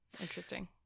interesting